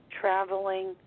traveling